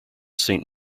saint